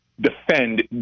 defend